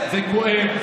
זה כואב.